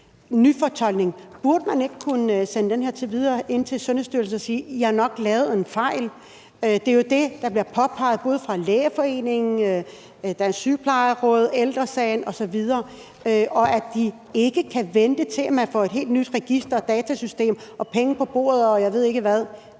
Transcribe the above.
nyfortolkning, burde man så ikke kunne sende det her ind til Sundhedsstyrelsen og sige: I har nok lavet en fejl? Det er jo det, der bliver påpeget, både af Lægeforeningen, Dansk Sygeplejeråd, Ældre Sagen osv., og at de ikke kan vente, til man får et helt nyt register og datasystem og penge på bordet, og jeg ved ikke hvad.